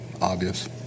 obvious